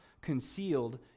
concealed